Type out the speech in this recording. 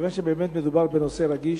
ומכיוון שבאמת מדובר בנושא רגיש,